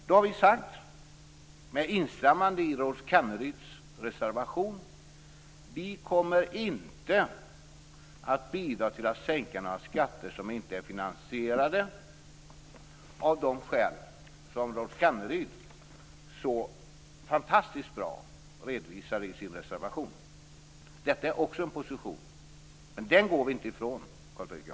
Då har vi sagt, med instämmande i Rolf Kenneryds reservation, att vi inte kommer att bidra till att sänka några skatter som inte är finansierade av de skäl som Rolf Kenneryd så fantastiskt bra redovisar i sin reservation. Detta är också en position, men den går vi inte ifrån, Carl Fredrik Graf.